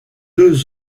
deux